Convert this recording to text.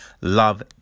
Love